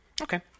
Okay